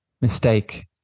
mistake